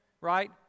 right